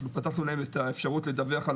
אנחנו פתחנו להם את האפשרות לדווח על